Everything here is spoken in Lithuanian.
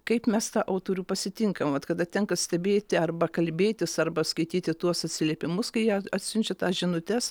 kaip mes tą autorių pasitinkam vat kada tenka stebėti arba kalbėtis arba skaityti tuos atsiliepimus kai jie atsiunčia žinutes